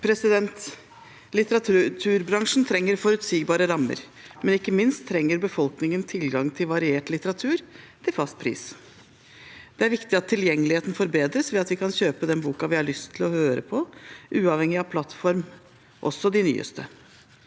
Litteraturbransjen tren- ger forutsigbare rammer, men ikke minst trenger befolkningen tilgang til variert litteratur til fast pris. Det er viktig at tilgjengeligheten forbedres ved at vi kan kjøpe den boken vi har lyst til å høre på, uavhengig av plattform, også de nyeste.